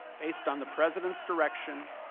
based on the president's direction,